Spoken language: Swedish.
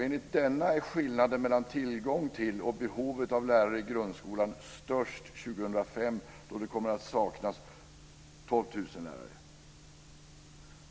Enligt denna är skillnaden mellan tillgång till och behov av lärare i grundskolan störst år 2005 då det kommer att saknas 12 000 lärare.